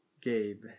Gabe